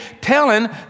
telling